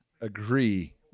agree